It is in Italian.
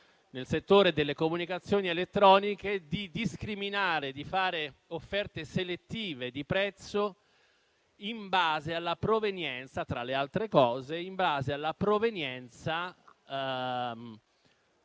nel settore delle comunicazioni elettroniche di discriminare, di fare offerte selettive di prezzo, tra le altre cose, in base alla provenienza